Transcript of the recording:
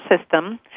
system